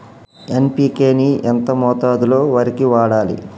NPK ని ఎంత మోతాదులో వరికి వాడాలి?